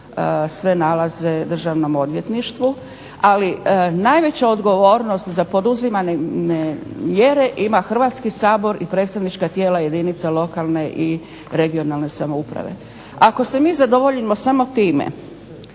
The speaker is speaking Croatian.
sve nalaze Državnom odvjetništvu. Ali najveća odgovornost za poduzimane mjere ima Hrvatski sabor i predstavnička tijela jedinica lokalne i regionalne samouprave. Ako se mi zadovoljimo samo time